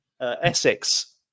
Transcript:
Essex